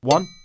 One